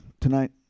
tonight